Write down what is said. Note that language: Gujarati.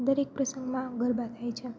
દરેક પ્રસંગમાં ગરબા થાય છે